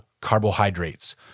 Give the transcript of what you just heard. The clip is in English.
carbohydrates